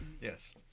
Yes